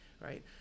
right